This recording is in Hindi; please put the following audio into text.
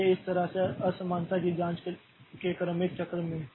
इसलिए इस तरह से असमानता की जांच के क्रमिक चक्र में